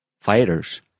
fighters